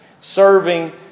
serving